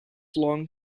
long